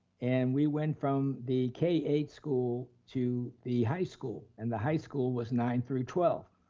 and we went from the k eight school to the high school, and the high school was nine through twelve,